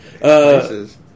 places